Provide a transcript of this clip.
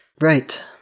right